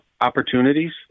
opportunities